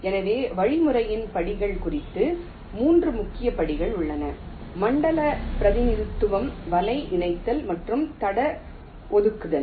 எனவே வழிமுறையின் படிகள் குறித்து 3 முக்கிய படிகள் உள்ளன மண்டல பிரதிநிதித்துவம் வலை இணைத்தல் மற்றும் தட ஒதுக்குதல்